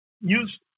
use